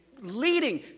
leading